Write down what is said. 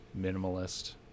minimalist